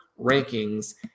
rankings